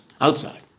outside